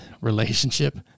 relationship